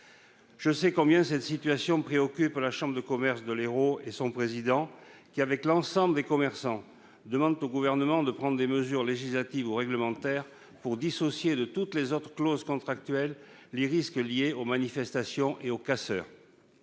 Je sais combien cette situation préoccupe la chambre de commerce et d'industrie de l'Hérault et son président, qui, avec l'ensemble des commerçants, demande au Gouvernement de prendre des mesures législatives ou réglementaires afin de dissocier de toutes les autres clauses contractuelles les risques liés aux manifestations et aux casseurs.